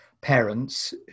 parents